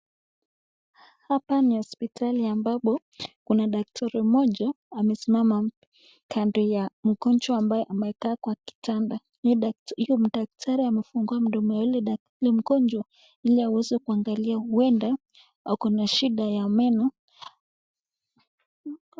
Hapa ni hospitalini ambapo, kuna daktari mmoja amesema kando ya mgonjwa ambaye amekaa kwa kitandaa. Huyo daktari amefungua mdomo ya huyo mgonjwa ili aweze kuangalia huenda huyo ako na shida ya meno.